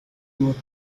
voto